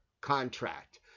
contract